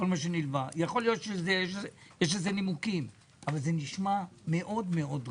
יכול להיות שיש לזה נימוקים אבל זה נשמע מאוד מאוד רע.